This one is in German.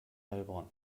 heilbronn